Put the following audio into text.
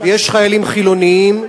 ויש חיילים חילונים,